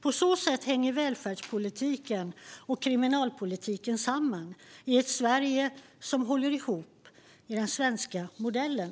På så sätt hänger välfärdspolitiken och kriminalpolitiken samman i ett Sverige som håller ihop i den svenska modellen.